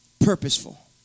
Purposeful